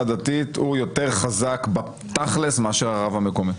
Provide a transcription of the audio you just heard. הדתית הוא יותר חזק בתכלס מאשר הרב המקומי.